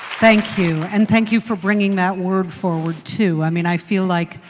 thank you. and thank you for bringing that word forward too. i mean i feel like,